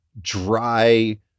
dry